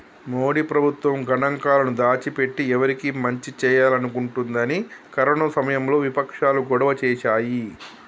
మోడీ ప్రభుత్వం గణాంకాలను దాచి పెట్టి ఎవరికి మంచి చేయాలనుకుంటుందని కరోనా సమయంలో వివక్షాలు గొడవ చేశాయి